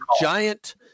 giant